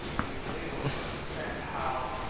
we were able to understand how